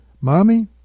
Mommy